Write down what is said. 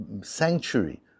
sanctuary